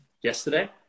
yesterday